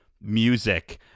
music